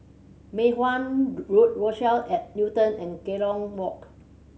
Mei Hwan Road Rochelle at Newton and Kerong Walk